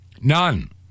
None